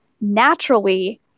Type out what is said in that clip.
naturally